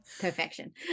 perfection